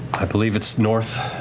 i believe it's north,